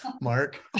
mark